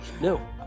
No